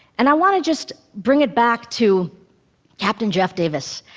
and i want to just bring it back to captain jeff davis.